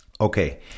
Okay